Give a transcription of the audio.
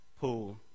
pool